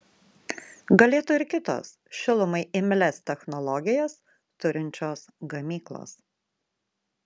galėtų ir kitos šilumai imlias technologijas turinčios gamyklos